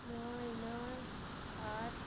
নয় নয় আট